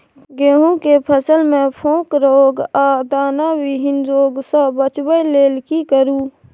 गेहूं के फसल मे फोक रोग आ दाना विहीन रोग सॅ बचबय लेल की करू?